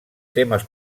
temes